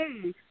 hey